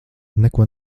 neko